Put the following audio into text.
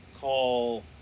call